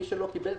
מי שלא קיבל,